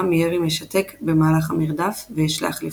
מירי משתק במהלך המרדף ויש להחליפו.